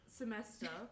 semester